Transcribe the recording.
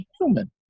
human